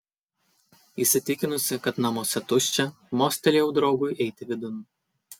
įsitikinusi kad namuose tuščia mostelėjau draugui eiti vidun